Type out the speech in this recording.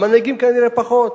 המנהיגים כנראה פחות.